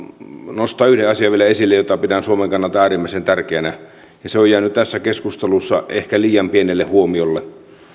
nostaa esille vielä yhden asian jota pidän suomen kannalta äärimmäisen tärkeänä ja se on jäänyt tässä keskustelussa ehkä liian pienelle huomiolle